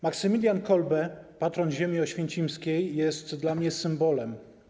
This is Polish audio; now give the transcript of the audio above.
Maksymilian Kolbe, patron ziemi oświęcimskiej, jest dla mnie symbolem.